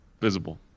visible